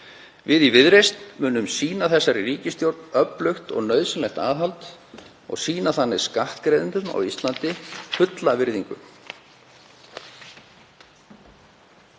Við í Viðreisn munum sýna þessari ríkisstjórn öflugt og nauðsynlegt aðhald og sýna þannig skattgreiðendum á Íslandi fulla virðingu.